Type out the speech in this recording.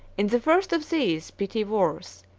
in the first of these petty wars,